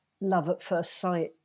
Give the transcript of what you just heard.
love-at-first-sight